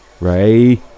Ray